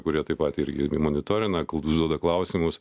kurie taip pat irgi monitorina kol užduoda klausimus